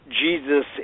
Jesus